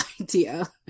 idea